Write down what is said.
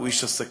הוא איש עסקים,